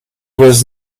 was